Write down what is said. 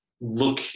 look